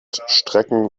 strecken